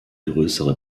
größere